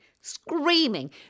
screaming